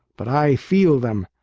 but i feel them.